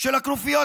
של הכנופיות,